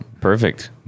perfect